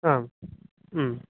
आम्